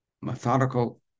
methodical